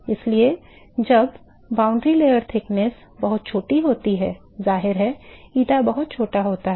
इसलिए जब सीमा परत की मोटाई बहुत छोटी होती है जाहिर है eta बहुत छोटा है